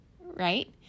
right